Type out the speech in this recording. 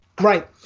Right